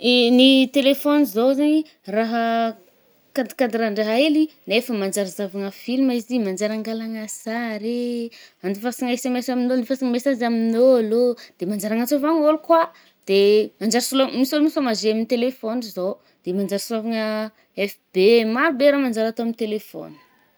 Ny téléphone, zao zaigny, raha cad-cadren-draha heli. Nefa manjary zahavagna film izy, manjary angalagna sary e, andifasagna SMS amign’olo, andifasana mesazy ami’olô. De manjary anantsôvagn’ôlo kôa. De manjary solô misô-misôma jeu amy téléphone zao. De manjary sôvigna FB. Maro be raha manjary atô amy telephone.